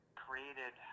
created